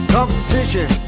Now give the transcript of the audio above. Competition